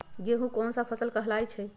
गेहूँ कोन सा फसल कहलाई छई?